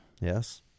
Yes